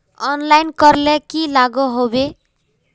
Online करले की लागोहो होबे?